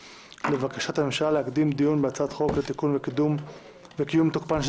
לבקשת הממשלה להקדים דיון בהצעת חוק לתיקון וקיום תוקפ של